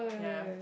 ya